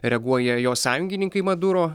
reaguoja jo sąjungininkai maduro